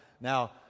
Now